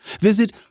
visit